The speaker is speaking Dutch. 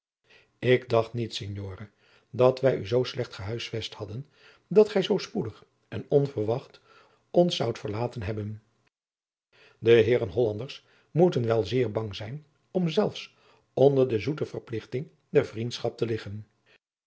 ik dacht niet signore dat wij u zoo slecht gehuisvest hadden adriaan loosjes pzn het leven van maurits lijnslager dat gij zoo spoedig en onverwacht ons zoudt verlaten hebben de heeren hollanders moeten wel zeer bang zijn om zelfs onder de zoete verpligting der vriendschap te liggen